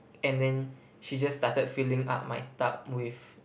and then she just started filling up my tub with